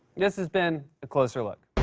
this has been a closer look.